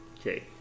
Okay